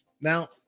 Now